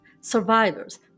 survivors